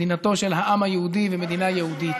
מדינתו של העם היהודי ומדינה יהודית.